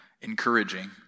encouraging